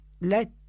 let